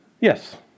Yes